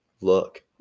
Look